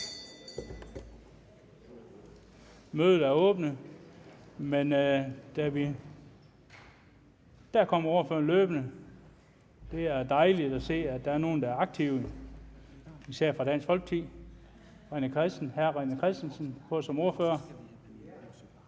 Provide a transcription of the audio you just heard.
Mødet er genoptaget. Der kom ordføreren løbende. Det er dejligt at se, at der er nogle, der er aktive – især fra Dansk Folkeparti. Hr. René Christensen er på som ordfører.